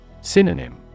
Synonym